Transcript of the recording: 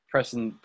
Pressing